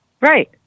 Right